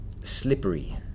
slippery